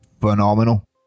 phenomenal